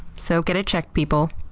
so get it checked, people.